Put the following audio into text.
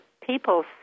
people